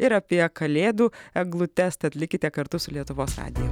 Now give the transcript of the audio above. ir apie kalėdų eglutes tad likite kartu su lietuvos radiju